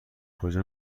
کجا